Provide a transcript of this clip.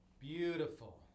Beautiful